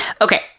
Okay